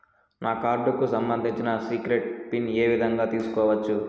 నా కార్డుకు సంబంధించిన సీక్రెట్ పిన్ ఏ విధంగా తీసుకోవచ్చు?